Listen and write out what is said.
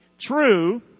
True